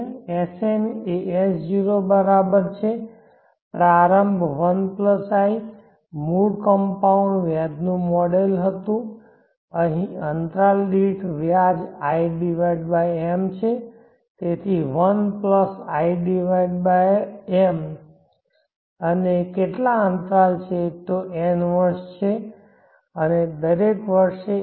Sn એ S0 બરાબર છે પ્રારંભ 1 i મૂળ કમ્પાઉન્ડ વ્યાજનું મોડેલ હતું અહીં અંતરાલ દીઠ વ્યાજ i m છે તેથી 1 પ્લસ i m અને કેટલા અંતરાલ છે ત્યાં n વર્ષ છે અને દરેક વર્ષે m